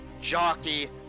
jockey